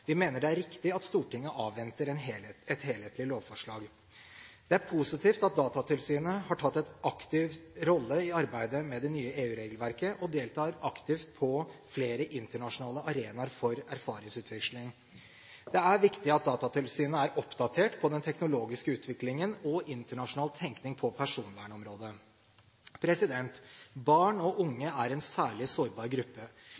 Vi mener det er riktig at Stortinget avventer et helhetlig lovforslag. Det er positivt at Datatilsynet har tatt en aktiv rolle i arbeidet med det nye EU-regelverket og deltar aktivt på flere internasjonale arenaer for erfaringsutveksling. Det er viktig at Datatilsynet er oppdatert på den teknologiske utviklingen og internasjonal tenkning på personvernområdet. Barn og unge er en særlig sårbar gruppe.